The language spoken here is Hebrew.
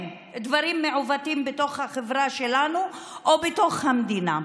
דברים מעוותים בתוך החברה שלנו או בתוך המדינה.